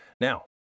now